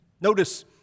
Notice